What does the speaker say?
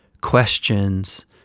questions